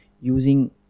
using